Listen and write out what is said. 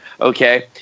Okay